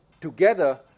together